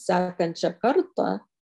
sakančią kartą